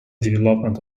development